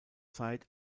zeit